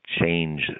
change